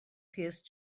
pierce